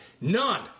None